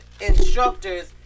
instructors